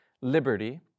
liberty